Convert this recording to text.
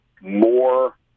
more